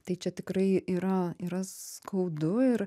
tai čia tikrai yra yra skaudu ir